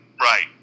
right